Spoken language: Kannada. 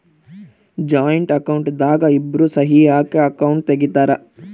ಜಾಯಿಂಟ್ ಅಕೌಂಟ್ ದಾಗ ಇಬ್ರು ಸಹಿ ಹಾಕಿ ಅಕೌಂಟ್ ತೆಗ್ದಿರ್ತರ್